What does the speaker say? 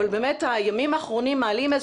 אבל באמת הימים האחרונים מעלים איזה